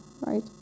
right